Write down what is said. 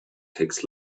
takes